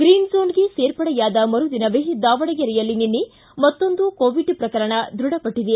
green ಜೋನ್ಗೆ ಸೇರ್ಪಡೆಯಾದ ಮರುದಿನವೇ ದಾವಣಗೆರೆಯಲ್ಲಿ ನಿನ್ನೆ ಮತ್ತೊಂದು ಕೋವಿಡ್ ಪ್ರಕರಣ ದ್ಬಢಪಟ್ಟಿದೆ